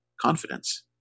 Confidence